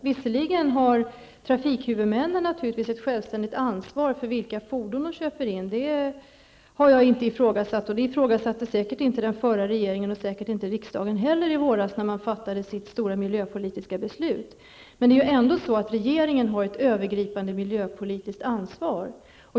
Visserligen har trafikhuvudmännen naturligtvis ett självständigt ansvar för vilka fordon de köper in -- det har jag inte ifrågasatt, och det ifrågasatte säkert inte den gamla regeringen och säkert inte heller riksdagen i våras när man fattade sitt stora miljöpolitiska beslut. Men regeringen har ju ändå ett övergripande miljöpolitiskt ansvar.